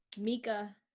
Mika